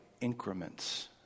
increments